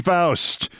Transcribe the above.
Faust